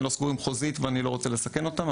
לא סגורים חוזית ואני לא רוצה לסכן אותם,